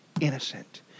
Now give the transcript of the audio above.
innocent